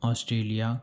Australia